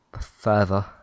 further